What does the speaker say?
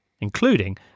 including